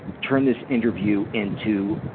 turn this interview into,